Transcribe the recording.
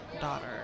daughter